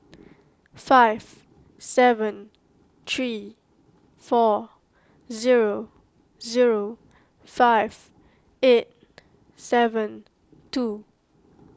five seven three four zero zero five eight seven two